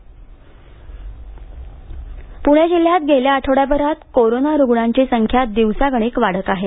प्णे जिल्ह्यात गेल्या आठवड्याभरात कोरोना रुग्णांची संख्या दिवसागणिक वाढत चालली आहे